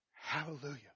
Hallelujah